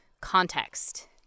context